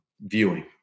viewing